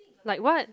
like what